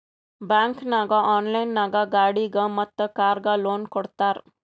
bank ನಾಗ್ online ನಾಗ್ ಗಾಡಿಗ್ ಮತ್ ಕಾರ್ಗ್ ಲೋನ್ ಕೊಡ್ತಾರ್